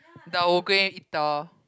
the eater